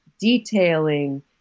detailing